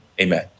Amen